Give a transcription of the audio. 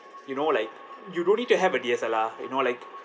you know like you don't need to have a D_S_L_R you know like